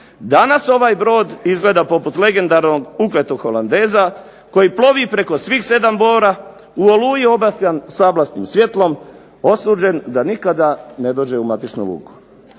Danas ovaj brod izgleda poput legendarnog ukletog Holandeza, koji plovi preko svih 7 mora, u oluji obasjan sablasnim svjetlom, osuđen da nikada ne dođe u matičnu luku.